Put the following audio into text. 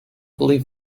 believe